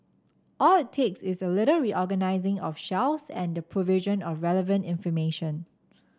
all it takes is a little reorganising of shelves and provision of relevant information